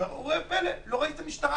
וראה זה פלא, לא ראית שם משטרה,